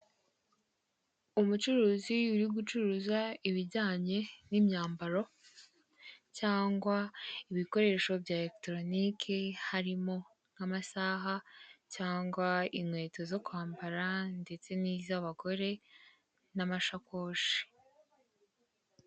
Umucuruzi uri gucuruza ibijyanye n'imyambaro, cyangwa ibikoresho bya erekitoroniki harimo nk'amasaha, cyangwa inkweto zo kwambara, ndetse n'iz'abagore n'amashakoshi.